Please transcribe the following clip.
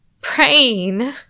praying